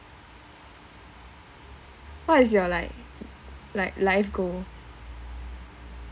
what is your like like life goal